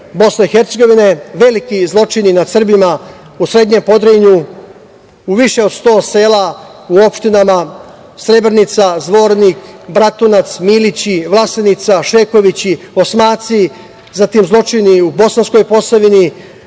primer BiH, veliki zločini nad Srbima u srednjem Podrinju, u više od 100 sela u opštinama Srebrenica, Zvornik, Bratunac, Milići, Vlasenica, Šekovići, Osmaci, zatim zločini u Bosanskoj Posavini,